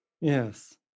Yes